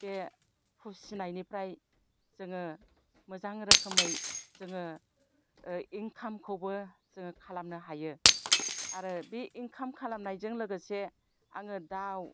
बे फिसिनायनिफ्राय जोङो मोजां रोखोमै जोङो इन्कामखौबो जोङो खालामनो हायो आरो बे इन्काम खालामनायजों लोगोसे आङो दाउ